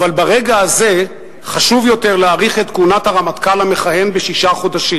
אבל ברגע הזה חשוב יותר להאריך את כהונת הרמטכ"ל המכהן בשישה חודשים.